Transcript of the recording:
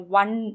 one